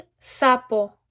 sapo